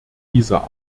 dieser